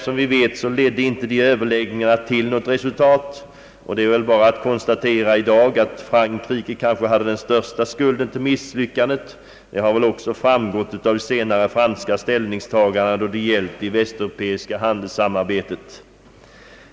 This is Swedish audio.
Som alla vet ledde dessa överläggningar tyvärr inte till något resultat, och det är väl i dag bara att konstatera att Frankrike hade den största skulden till misslyckandet. Det har också framgått av senare franska ställningstaganden då det gällt det västeuropeiska handelssamarbetet.